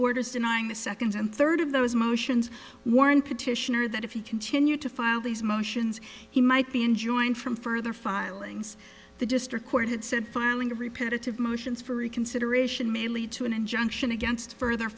orders denying the second and third of those motions warrant petitioner that if he continued to file these motions he might be enjoined from further filings the district court had said filing of repetitive motions for reconsideration may lead to an injunction against further